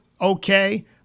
okay